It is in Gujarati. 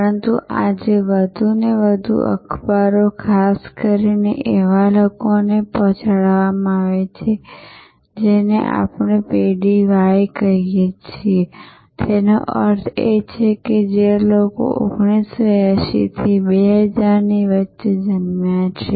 પરંતુ આજે વધુને વધુ અખબારો ખાસ કરીને એવા લોકોને પહોંચાડવામાં આવે છે જેમને આપણે પેઢી y કહીએ છીએ તેનો અર્થ એ છે કે જે લોકો 1980 થી 2000 ની વચ્ચે જન્મ્યા છે